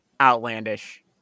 outlandish